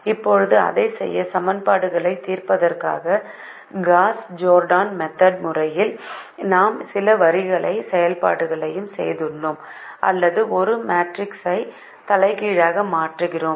இப்போது அதைச் செய்ய சமன்பாடுகளைத் தீர்ப்பதற்காக காஸ் ஜோர்டான் முறையில் நாம் சில வரிசை செயல்பாடுகளைச் செய்கிறோம் அல்லது ஒரு மேட்ரிக்ஸைக் தலைகீழாக மாற்றுகிறோம்